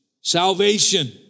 Salvation